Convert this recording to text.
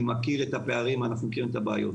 אני מכיר את הפערים, אנחנו מכירים את הבעיות.